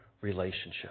relationship